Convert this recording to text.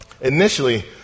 Initially